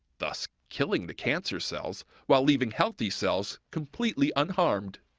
thus killing the cancer cells while leaving healthy cells completely unharmed.